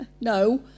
No